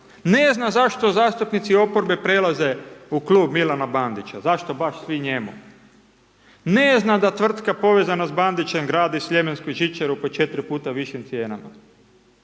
ne zna zašto zastupnici oporbe prelaze u Klub Milana Bandića, zašto baš svi njemu, ne zna da tvrtka povezana s Bandićem gradi Sljemensku žičaru po 4x višim cijenama,